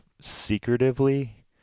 secretively